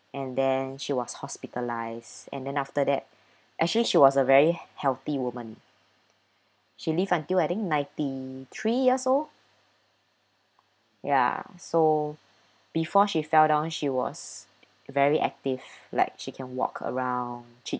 and then she was hospitalised and then after that actually she was a very hea~ healthy woman she lived until I think ninety three years old ya so before she fell down she was very active like she can walk around she